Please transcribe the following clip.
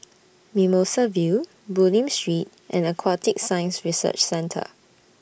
Mimosa View Bulim Street and Aquatic Science Research Centre